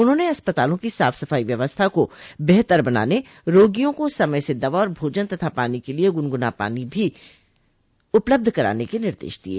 उन्होंने अस्पतालों की साफ सफाई व्यवस्था को बेहतर बनाने रोगियों को समय से दवा और भोजन तथा पीने के लिये गुनगुना पानी भी उपलब्ध कराने के निर्देश दिये